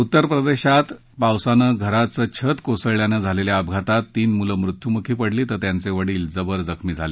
उत्तर प्रदेशात पावसानं घराचं छत कोसळल्यानं झालेल्या अपघातात तीन मुलं मृत्युमुखी पडली तर त्यांचे वडील जबर जखमी झाले